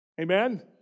Amen